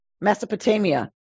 Mesopotamia